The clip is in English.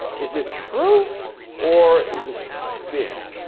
is it true or is it spin?